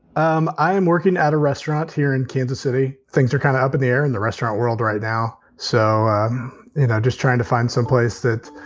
um i am working at a restaurant here in kansas city. things are kind of up in the air in the restaurant world right now. so i'm just trying to find someplace that,